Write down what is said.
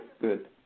good